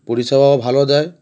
পরিষেবাও ভালো দেয়